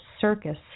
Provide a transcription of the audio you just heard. circus